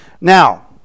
Now